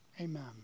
amen